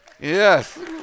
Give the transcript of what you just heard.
Yes